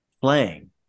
playing